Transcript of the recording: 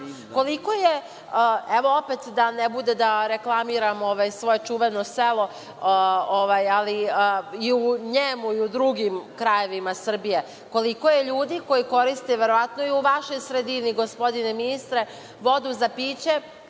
bunarima. Evo, opet da ne bude da reklamiram svoje čuveno selo, ali i u njemu i u drugim krajevima Srbije, koliko je ljudi koji koriste, verovatno i u vašoj sredini, gospodine ministre, vodu za piće